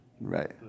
Right